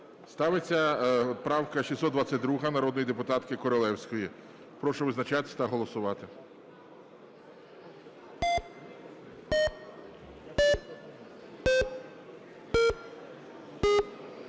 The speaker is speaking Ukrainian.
Ставиться правка 622 народної депутатки Королевської. Прошу визначатися та голосувати.